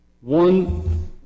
One